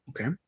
Okay